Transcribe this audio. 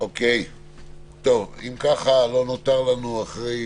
אם כן לא נותר לנו אחרי